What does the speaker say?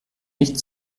nicht